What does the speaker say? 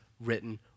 written